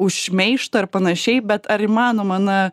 už šmeižtą ar panašiai bet ar įmanoma na